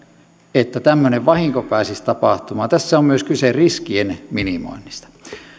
että tämmöinen vahinko pääsisi tapahtumaan tässä on myös kyse riskien minimoinnista